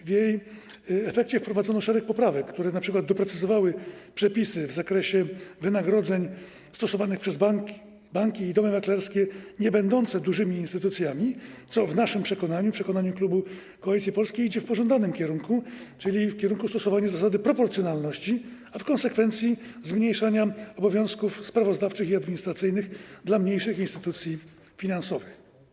W efekcie wprowadzono szereg poprawek, które np. doprecyzowały przepisy w zakresie wynagrodzeń stosowanych przez banki i domy maklerskie niebędące dużymi instytucjami, co w naszym przekonaniu, w przekonaniu klubu Koalicji Polskiej, idzie w pożądanym kierunku, czyli w kierunku stosowania zasady proporcjonalności, a w konsekwencji zmniejszania obowiązków sprawozdawczych i administracyjnych w przypadku mniejszych instytucji finansowych.